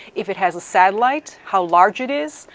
if it has a satellite, how large it is.